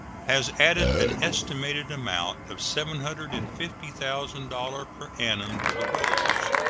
has added an estimated amount of seven hundred and fifty thousand dollars per annum to the rolls,